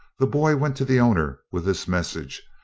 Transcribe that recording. the boy went to the owner with this message,